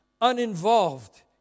uninvolved